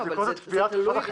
שמצדיקות את קביעת מצב החירום.